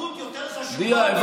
אחדות יותר חשובה מהסכם כזה או אחר .